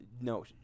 No